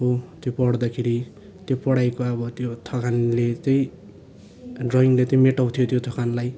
उ त्यो पढ्दाखेरि त्यो पढाइको अब त्यो थकानले चाहिँ ड्रइङले चाहिँ मटाउँथ्यो त्यो थकानलाई